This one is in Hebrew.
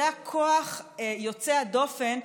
זה הכוח יוצא הדופן.